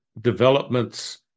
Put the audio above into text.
developments